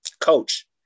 Coach